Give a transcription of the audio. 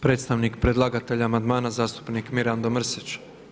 Predstavnik predlagatelja amandmana zastupnik Mirando Mrsić.